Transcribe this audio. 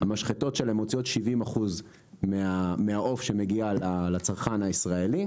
70% מהעוף שמגיע לצרכן הישראלי.